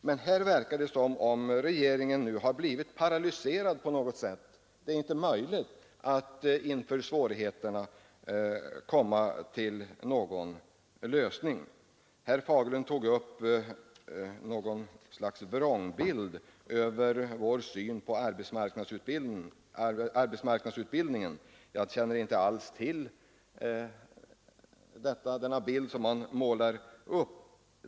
Men det verkar som om regeringen har blivit paralyserad på något sätt och inte anser det möjligt att komma till någon lösning av svårigheterna. Herr Fagerlund tecknade något slags vrångbild av vår syn på arbetsmarknadsutbildningen. Jag känner inte alls till den bild som han målar upp.